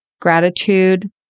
Gratitude